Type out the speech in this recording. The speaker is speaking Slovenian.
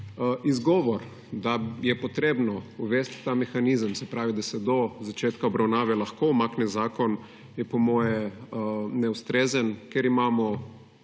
Izgovor, da je treba uvesti ta mehanizem, da se do začetka obravnave lahko umakne zakon, je po moje neustrezen, ker imamo